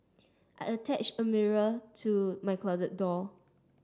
I attached a mirror to my closet door